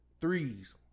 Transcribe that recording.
threes